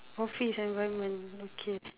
office environment okay